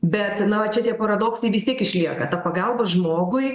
bet na va čia tie paradoksai vis tiek išlieka ta pagalba žmogui